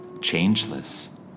changeless